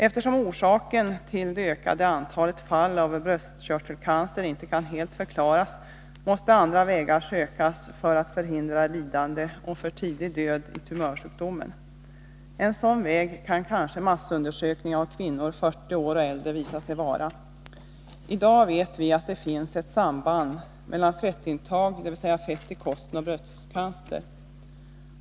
Eftersom orsaken till det ökande antalet fall av bröstkörtelcancer inte helt kan förklaras, måste andra vägar sökas för att förhindra lidande och för tidig död i tumörsjukdomen. En sådan väg kan kanske massundersökning av kvinnor, 40 år och äldre, visa sig vara. I dag vet vi att det finns ett samband mellan fettintag, dvs. fett i kosten, och bröstcancer.